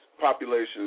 population